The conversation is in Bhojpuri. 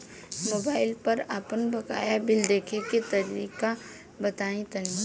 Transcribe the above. मोबाइल पर आपन बाकाया बिल देखे के तरीका बताईं तनि?